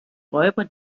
räuber